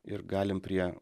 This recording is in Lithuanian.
ir galim prie